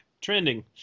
Trending